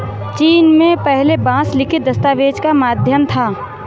चीन में पहले बांस लिखित दस्तावेज का माध्यम था